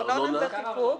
ארנונה זה חיקוק.